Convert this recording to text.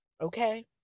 okay